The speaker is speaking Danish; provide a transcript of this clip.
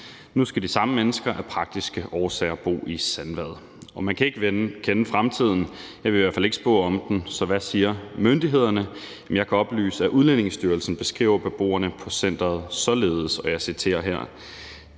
Nu skal de samme mennesker af praktiske årsager bo i Sandvad. Man kan ikke kende fremtiden. Jeg vil i hvert fald ikke spå om den. Så hvad siger myndighederne? Jeg kan oplyse, at Udlændingestyrelsen beskriver beboerne på centeret således: »Det er